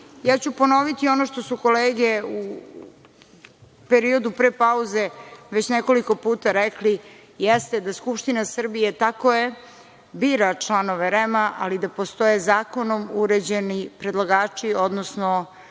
ja ću ponoviti ono što su kolege u periodu pre pauze već nekoliko puta rekli, jeste da Skupština Srbije, tako je, bira članove REM, ali da postoje zakonom uređeni predlagači, odnosno